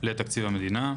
לתקציב המדינה,